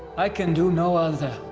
i can do no other,